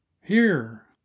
Here